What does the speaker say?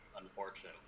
Unfortunately